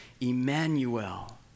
Emmanuel